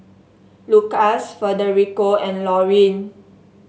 Lukas Federico and Lorine